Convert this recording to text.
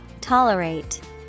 tolerate